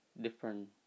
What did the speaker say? different